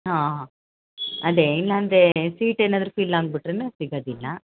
ಹಾಂ ಹಾಂ ಅದೇ ಇಲ್ಲಾಂದರೆ ಸೀಟ್ ಏನಾದರೂ ಫಿಲ್ ಆಗಿಬಿಟ್ರೆನೆ ಸಿಗೋದಿಲ್ಲ